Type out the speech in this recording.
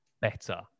better